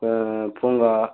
பூங்கா